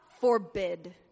forbid